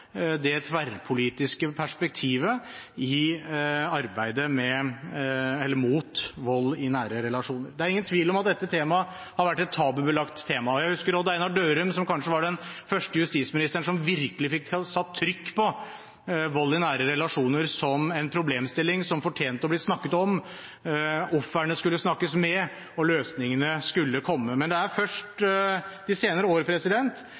det tverrpolitiske perspektivet i arbeidet mot vold i nære relasjoner. Det er ingen tvil om at dette temaet har vært tabubelagt. Jeg husker Odd Einar Dørum som kanskje den første justisministeren som virkelig fikk satt trykk på vold i nære relasjoner som en problemstilling som fortjente å bli snakket om. Ofrene skulle snakkes med, og løsningene skulle komme. Men det er først de senere